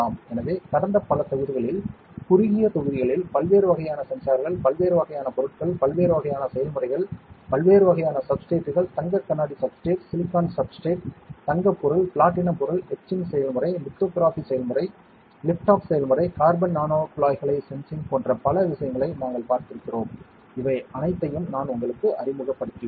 எனவே கடந்த பல தொகுதிகளில் குறுகிய தொகுதிகளில் பல்வேறு வகையான சென்சார்கள் பல்வேறு வகையான பொருட்கள் பல்வேறு வகையான செயல்முறைகள் பல்வேறு வகையான சப்ஸ்ட்ரேட்கள் தங்க கண்ணாடி சப்ஸ்ட்ரேட் சிலிக்கான் சப்ஸ்ட்ரேட் தங்க பொருள் பிளாட்டினம் பொருள் எட்சிங் செயல்முறை லித்தோகிராஃபி செயல்முறை லிஃப்ட் ஆஃப் செயல்முறை கார்பன் நானோகுழாய்களை சென்சிங் போன்ற பல விஷயங்களை நாங்கள் பார்த்திருக்கிறோம் இவை அனைத்தையும் நான் உங்களுக்கு அறிமுகப்படுத்தியுள்ளேன்